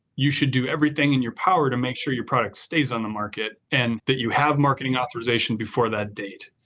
you should do everything in your power to make sure your product stays on the market and that you have marketing authorization before that date.